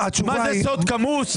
מה, זה סוד כמוס?